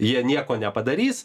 jie nieko nepadarys